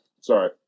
sorry